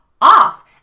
off